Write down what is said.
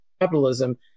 capitalism